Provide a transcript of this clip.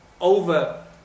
over